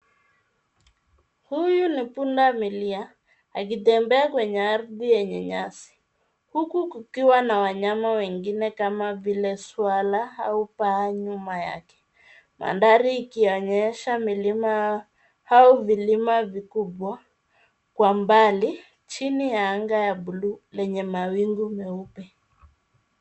Huyu ni punda milia akitembea kwenye ardhi yenye nyasi, huku kukiwa na wanyama wengine kama swara au paa nyuma yake. Mandhari ikionyesha milima au vilima vikubwa, kwa mbali, chini ya anga ya blue lenye mawingu meupe.